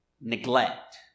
neglect